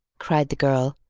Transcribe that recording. cried the girl.